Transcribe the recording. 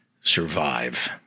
survive